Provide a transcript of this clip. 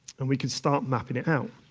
and we can start mapping it out.